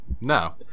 No